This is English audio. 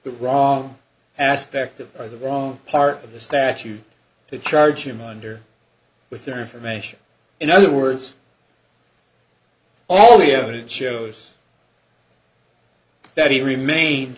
the wrong aspect of the wrong part of the statute to charge him under with their information in other words all the evidence shows that he remain